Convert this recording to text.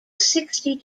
sixty